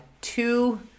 two